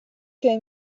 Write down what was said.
che